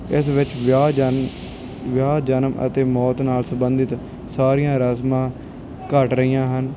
ਇਸ ਵਿੱਚ ਵਿਆਹ ਜਨ ਵਿਆਹ ਜਨਮ ਅਤੇ ਮੌਤ ਨਾਲ ਸੰਬੰਧਿਤ ਸਾਰੀਆਂ ਰਸਮਾਂ ਘੱਟ ਰਹੀਆਂ ਹਨ